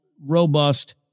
robust